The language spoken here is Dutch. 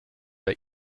bij